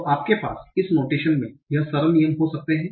तो आपके पास इस नोटेशन में यह सरल नियम हो सकते हैं